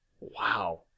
Wow